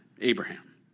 Abraham